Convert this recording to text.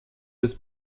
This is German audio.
des